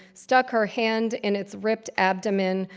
stuck her hand in its ripped abdomen,